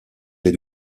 les